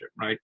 right